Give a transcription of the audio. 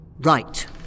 Right